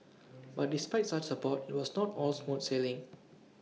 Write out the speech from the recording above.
but despite such support IT was not all smooth sailing